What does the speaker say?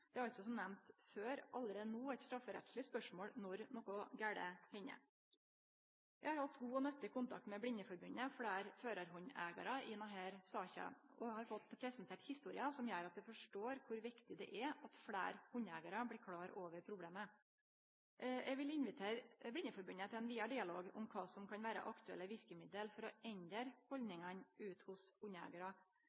Det er altså som nemnt før, allereie no eit strafferettsleg spørsmål når noko gale hender. Eg har hatt god og nyttig kontakt med Blindeforbundet og fleire førarhundeigarar i denne saka og har fått presentert historier som gjer at eg forstår kor viktig det er at fleire hundeeigarar blir klare over problemet. Eg vil invitere Blindeforbundet til ein vidare dialog om kva som kan vere aktuelle verkemiddel for å endre